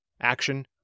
action